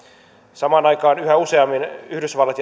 samaan aikaan yhä useammin yhdysvallat